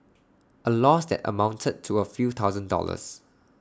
A loss that amounted to A few thousand dollars